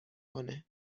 کنه